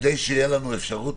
וכדי שתהיה לנו אפשרות